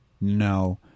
No